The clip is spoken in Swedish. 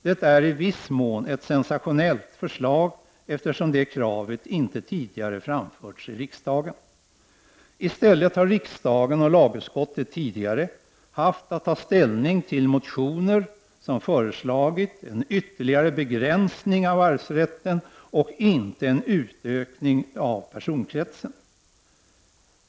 Det är i viss mån ett sensationellt förslag, eftersom detta krav inte tidigare framförts i riksdagen. I stället har lagutskottet och riksdagen tidigare haft att ta ställning till motioner där man föreslagit en ytterligare begränsning av arvsrätten — inte en utökning av personkretsen.